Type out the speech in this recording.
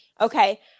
Okay